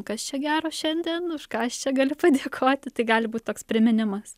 kas čia gero šiandien už ką aš čia galiu padėkoti tai gali būt toks priminimas